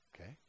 Okay